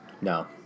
No